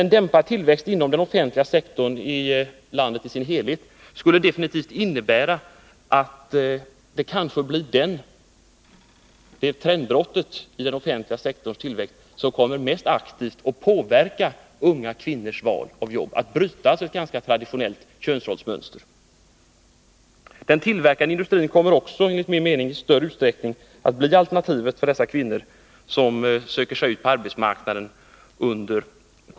En dämpad tillväxt inom den offentliga sektorn i landet i dess helhet skulle dock kunna bli den faktor som mest aktivt skulle komma att påverka unga kvinnors val av jobb och strävandena att bryta det ganska traditionella könsrollsmönstret. Den tillverkande industrin kommer enligt min mening i större utsträckning att bli alternativet för de unga kvinnor som under de närmaste åren söker sig ut på arbetsmarknaden.